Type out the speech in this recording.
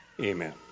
amen